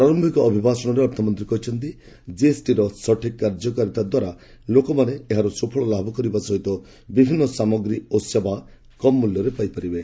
ପ୍ରାରମ୍ଭିକ ଅଭିଭାଷଣରେ ଅର୍ଥମନ୍ତ୍ରୀ କହିଛନ୍ତି ଜିଏସ୍ଟିର ସଠିକ୍ କାର୍ଯ୍ୟକାରିତାଦ୍ୱାରା ଲୋକମାନେ ଏହାର ସୁଫଳ ଲାଭ କରିବା ସହ ବିଭିନ୍ନ ସାମଗ୍ରୀ ଓ ସେବା କମ୍ ମଲ୍ୟରେ ପାଇପାରିବେ